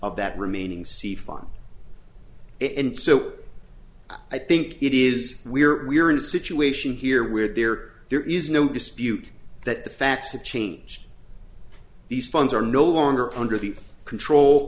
of that remaining c fund it and so i think it is we're we're in a situation here where there there is no dispute that the facts have changed these funds are no longer under the control